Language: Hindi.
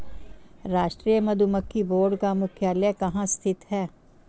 राष्ट्रीय मधुमक्खी बोर्ड का मुख्यालय कहाँ स्थित है?